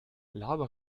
laber